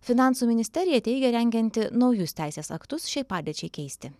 finansų ministerija teigia rengianti naujus teisės aktus šiai padėčiai keisti